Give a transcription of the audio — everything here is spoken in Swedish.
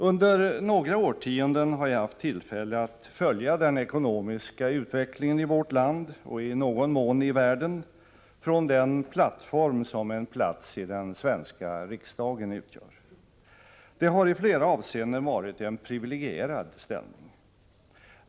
Under några årtionden har jag haft tillfälle att följa den ekonomiska utvecklingen i vårt land — och i någon mån i världen — från den plattform som en plats i den svenska riksdagen utgör. Det har i flera avseenden varit en privilegierad ställning.